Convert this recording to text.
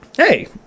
Hey